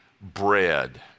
bread